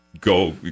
go